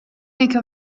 make